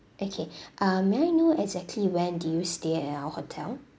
okay uh may I know exactly when did you stay at our hotel